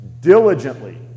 diligently